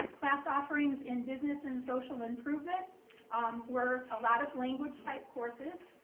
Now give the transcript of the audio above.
class offerings in business and social improvement um were a lot of language type courses.